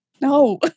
no